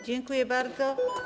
Dziękuję bardzo.